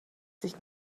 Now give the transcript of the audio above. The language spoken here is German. sich